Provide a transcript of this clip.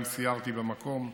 גם סיירתי במקום,